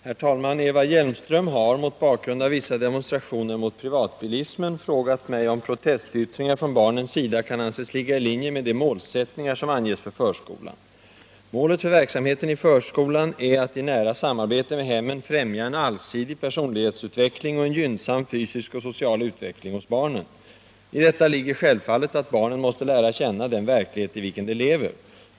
Herr talman! Eva Hjelmström har — mot bakgrund av vissa demonstrationer mot privatbilismen — frågat mig om protestyttringar från barnens sida kan anses ligga i linje med de målsättningar som anges för förskolan. Målet för verksamheten i förskolan är att i nära samarbete med hemmen främja en allsidig personlighetsutveckling och en gynnsam fysisk och social utveckling hos barnen. I detta ligger självfallet att barnen måste lära känna den verklighet i vilken de lever.